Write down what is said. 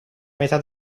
metà